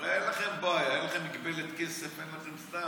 הרי אין לכם בעיה, אין לכם מגבלת כסף, סתם.